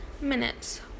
minutes